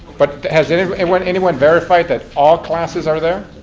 but has anyone anyone verified that all classes are there?